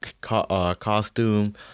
costume